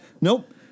nope